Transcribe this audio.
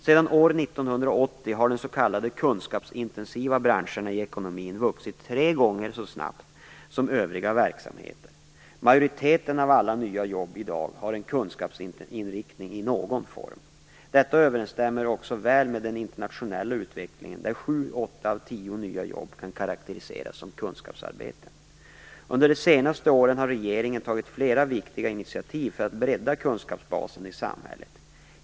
Sedan år 1980 har de s.k. kunskapsintensiva branscherna i ekonomin vuxit tre gånger så snabbt som övriga verksamheter. Majoriteten av alla nya jobb i dag har en kunskapsinriktning i någon form. Detta överensstämmer också väl med den internationella utvecklingen, där sju-åtta av tio nya jobb kan karakteriseras som kunskapsarbeten. Under de senaste åren har regeringen tagit flera viktiga initiativ för att bredda kunskapsbasen i samhället.